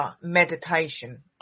meditation